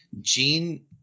Gene